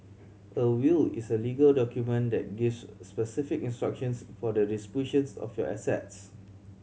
a will is a legal document that gives specific instructions for the distributions of your assets